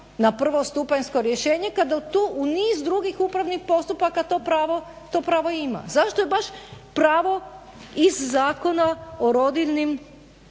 na prvostupanjsko rješenje kada je tu u niz drugih upravnih postupaka to pravo ima? Zašto je baš pravo iz Zakona o rodiljnim